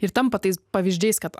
ir tampa tais pavyzdžiais kad